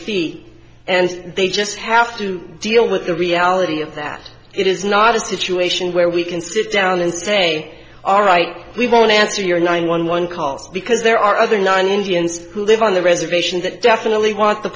feet and they just have to deal with the reality of that it is not a situation where we can sit down and say all right we want to answer your nine one one calls because there are other nine indians who live on the reservation that definitely want t